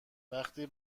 وقتی